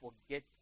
forget